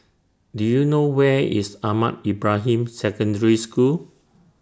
Do YOU know Where IS Ahmad Ibrahim Secondary School